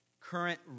current